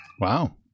Wow